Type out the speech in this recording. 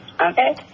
Okay